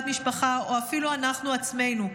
בת משפחה או אפילו אנחנו עצמנו.